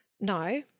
No